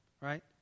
right